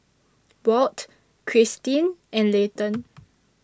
Walt Kristyn and Layton